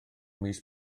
mis